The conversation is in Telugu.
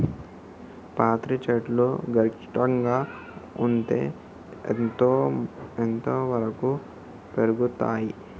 పత్తి చెట్లు గరిష్టంగా ఎంత ఎత్తు వరకు పెరుగుతయ్?